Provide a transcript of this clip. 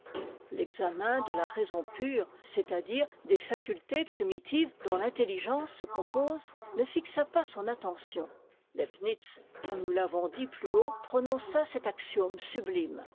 l'examen de la raison pure c'est-à-dire des facultés primitives dont l'intelligence se compose ne fixa pas son attention leibnitz comme nous l'avons dit plus haut prononça cet axiome sublime